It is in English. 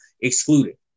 excluded